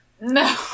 No